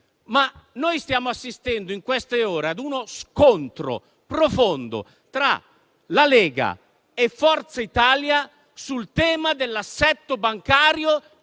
noi stiamo assistendo in queste ore ad uno scontro profondo tra la Lega e Forza Italia sul tema dell'assetto bancario,